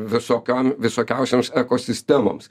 visokiom visokiausioms ekosistemoms